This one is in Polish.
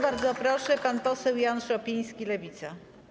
Bardzo proszę, pan poseł Jan Szopiński, Lewica.